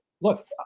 look